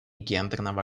гендерного